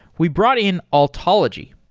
we brought in altology.